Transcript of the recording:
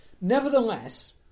nevertheless